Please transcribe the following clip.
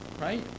right